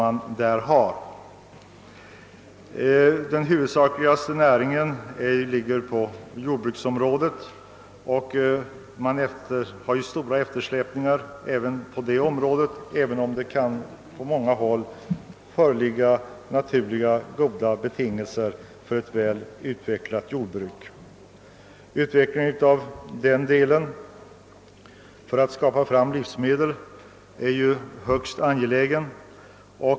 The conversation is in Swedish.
Där är jordbruket huvudnäring. Även på det området är eftersläpningen stor, även om det på många håll föreligger naturliga, goda betingelser för ett väl utvecklat jordbruk. Utvecklingen av jordbruksnäringen för att få fram livsmedel är ju högst angelägen.